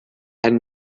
and